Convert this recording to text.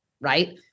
right